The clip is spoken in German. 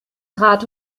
trat